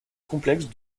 complexe